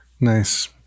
Nice